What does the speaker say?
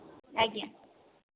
ଆଜ୍ଞା